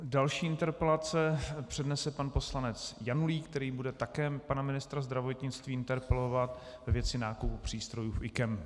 Další interpelaci přednese pan poslanec Janulík, který bude také pana ministra zdravotnictví interpelovat ve věci nákupu přístrojů v IKEM.